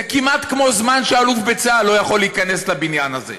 זה כמעט כמו זמן שאלוף בצה"ל לא יכול להיכנס לבניין הזה.